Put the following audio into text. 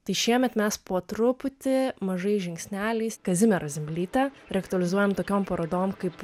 tai šiemet mes po truputį mažais žingsneliais kazimiera zimblytė reaktualizuojam tokiom parodom kaip